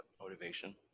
motivation